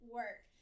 work